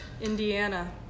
Indiana